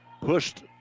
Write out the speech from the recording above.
pushed